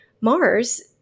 Mars